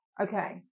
Okay